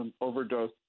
overdose